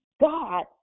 God